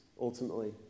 ultimately